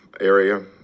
area